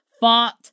fought